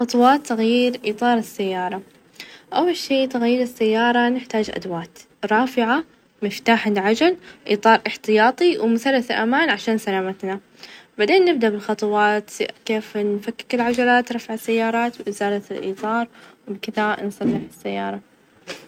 كيف أحظر كيكة بسيطة، أول شي مكوناتها كوب دقيق، كوب سكر ،كوب زبدة ،بيظتين، كوب حليب ، ملعقة صغيرة بيكنج بودر، ملعقة صغيرة فانيليا، ورشة ملح ،نخلط المكونات هذي كلها مع بعظ ،ونحطها في الوعاء ،ونحطها بالفرم على درجة مئة وثمانين درجة مئوية ،وبكذا ننتظر خمستاشر دقيقة ،وكذا بنحصل على أسهل كيكة بسيطة، وبالعافية.